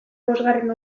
bosgarren